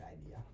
idea